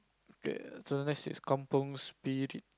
ya so next is Kampung's spirit